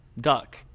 duck